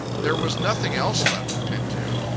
there was nothing else left to pin to.